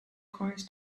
coins